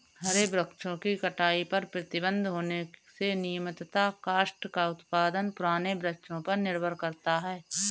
हरे वृक्षों की कटाई पर प्रतिबन्ध होने से नियमतः काष्ठ का उत्पादन पुराने वृक्षों पर निर्भर करता है